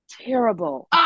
Terrible